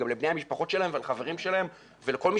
גם לבני המשפחות שלהם ולחברים שלהם ולכל מי